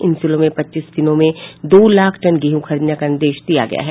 इन जिलों को पच्चीस दिनों में दो लाख टन गेहूं खरीदने का निर्देश दिया गया है